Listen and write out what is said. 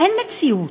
אין מציאות.